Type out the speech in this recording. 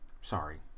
Sorry